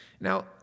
Now